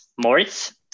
Moritz